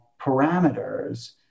parameters